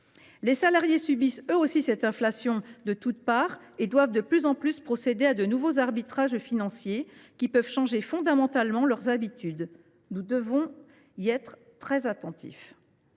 Les salariés subissent eux aussi cette inflation de toute part et doivent de plus en plus procéder à de nouveaux arbitrages financiers, qui peuvent changer fondamentalement leurs habitudes. Nous devons y être attentifs.